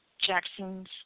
Jackson's